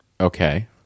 Okay